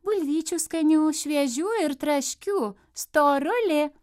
bulvyčių skanių šviežių ir traškių storuli